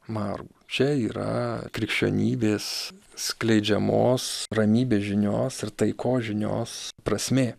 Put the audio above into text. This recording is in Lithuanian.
margų čia yra krikščionybės skleidžiamos ramybės žinios ir taikos žinios prasmė